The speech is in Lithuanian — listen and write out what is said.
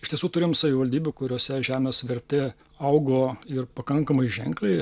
iš tiesų turim savivaldybių kuriose žemės vertė augo ir pakankamai ženkliai